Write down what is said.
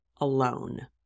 alone